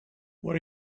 what